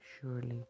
Surely